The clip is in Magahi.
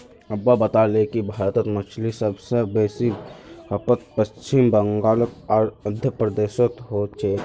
अब्बा बताले कि भारतत मछलीर सब स बेसी खपत पश्चिम बंगाल आर आंध्र प्रदेशोत हो छेक